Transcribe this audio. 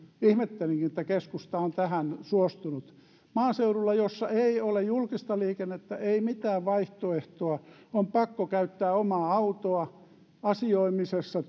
ihmettelinkin että keskusta on tähän suostunut maaseudulla jossa ei ole julkista liikennettä ei mitään vaihtoehtoa on pakko käyttää omaa autoa asioimisessa